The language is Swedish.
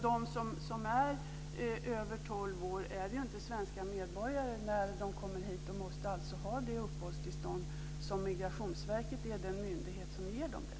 De som är över 12 år är ju inte svenska medborgare när de kommer hit och måste alltså ha uppehållstillstånd, och Migrationsverket är den myndighet som ger dem det.